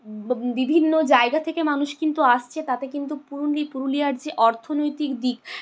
ব বিভিন্ন জায়গা থেকে মানুষ কিন্তু আসছে তাতে কিন্তু পুরুলি পুরুলিয়ার যে অর্থনৈতিক দিক